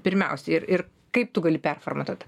pirmiausiai ir ir kaip tu gali performatuot